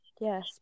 Yes